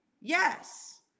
Yes